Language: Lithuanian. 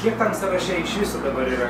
kiek tam sąraše iš viso dabar yra